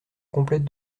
complète